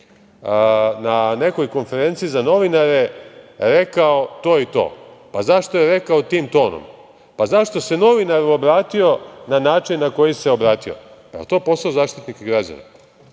na nekoj konferenciji za novinare rekao to i to, pa zašto je rekao tim tonom, pa zašto se novinaru obratio na način na koji se obratio. Je li to posao Zaštitnika građana?